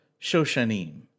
Shoshanim